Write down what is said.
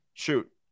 Shoot